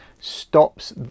stops